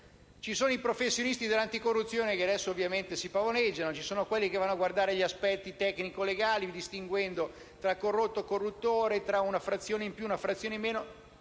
Ci sono i professionisti dell'anticorruzione che adesso, ovviamente, si pavoneggiano, ci sono quelli che guardano gli aspetto tecnico-legali, distinguendo tra corrotto e corruttore, tra una frazione in più e in meno.